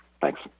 thanks